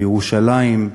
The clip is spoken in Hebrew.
בירושלים,